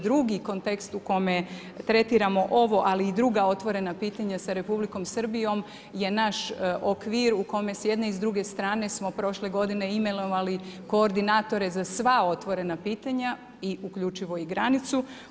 Drugi kontekst u kome tretiramo ovo, ali i druga otvorena pitanja sa Republikom Srbijom, je naš okvir u kome s jedne i s druge strane smo prošle godine imenovali koordinatore za sva otvorena pitanja i uključivo i granicu.